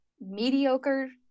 mediocre